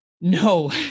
No